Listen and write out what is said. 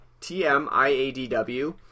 T-M-I-A-D-W